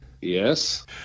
Yes